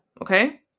Okay